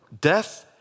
Death